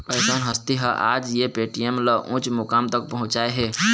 अइसन हस्ती ह आज ये पेटीएम ल उँच मुकाम तक पहुचाय हे